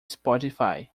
spotify